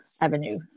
avenue